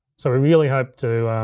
so i really hope to,